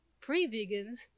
pre-vegans